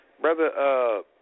Brother